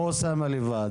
או אוסאמה לבד,